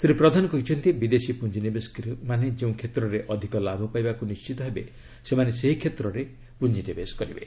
ଶ୍ରୀ ପ୍ରଧାନ କହିଛନ୍ତି ବିଦେଶୀ ପୁଞ୍ଜିନିବେଶକାରୀମାନେ ଯେଉଁ କ୍ଷେତ୍ରରେ ଅଧିକ ଲାଭ ପାଇବାକୁ ନିଶ୍ଚିତ ହେବେ ସେମାନେ ସେହି କ୍ଷେତ୍ରରେ ପୁଞ୍ଜିନିବେଶ କରିବେ